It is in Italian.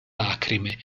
lacrime